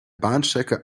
bahnstrecke